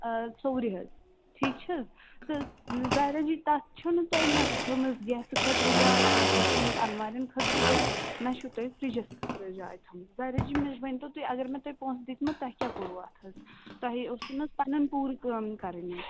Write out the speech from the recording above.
آ سورِ حَظ ٹھیٖک چھِ حَظ تہٕ ظایراجی تَتھ چھُو نہٕ تۄہہِ تھٲومٕژ گیسہٕ خٲطرٕ جاے نہَ چھَو تھٲومٕژ اَلمارٮ۪ن خٲطرٕ جاے نہَ چھُو تۄہہِ فِرجَس خٲطرٕ حظ جاے تھٲومٕژ ظایرا جی مےٚ ؤنۍتو تُہۍ اگر مےٚ تۄہہِ پونٛسہٕ دِتۍمو تۄہہِ کیٛاہ کوٚروٕ اتھ حظ تۄہہِ اوسوٕ نا حَظ پَنٕنۍ پوٗرٕ کٲم کَرٕنۍ